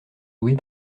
louée